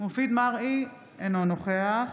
מופיד מרעי, אינו נוכח